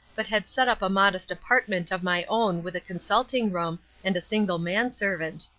but had set up a modest apartment of my own with a consulting-room and a single manservant.